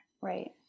Right